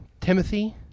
Timothy